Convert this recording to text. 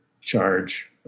charge